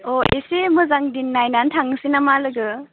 अ एसे मोजां दिन नायनानै थांनोसै नामा लोगो